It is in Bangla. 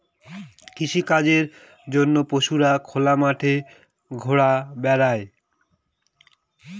কৃষিকাজের জন্য পশুরা খোলা মাঠে ঘুরা বেড়ায়